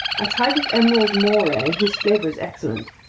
a type of emerald moray whose flavor is excellent,